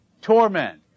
torment